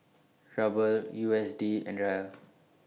Ruble U S D and Riel